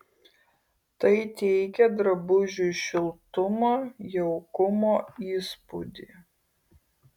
tai teikia drabužiui šiltumo jaukumo įspūdį